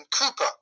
Cooper